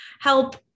help